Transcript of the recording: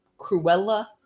Cruella